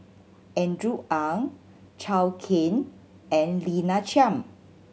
Andrew Ang Zhou Can and Lina Chiam